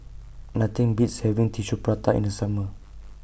Nothing Beats having Tissue Prata in The Summer